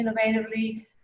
innovatively